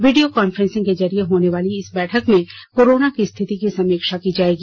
video conferencing के जरिये होनेवाली इस बैठक में कोरोना की स्थिति की समीक्षा की जाएगी